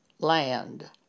Land